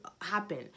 happen